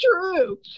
true